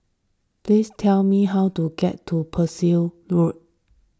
please tell me how to get to Percival Road